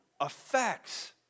affects